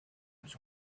was